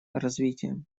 развитием